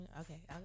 Okay